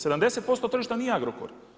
70% tržišta nije Agrokor.